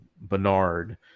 Bernard